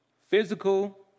Physical